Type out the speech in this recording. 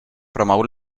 promou